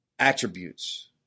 attributes